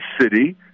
city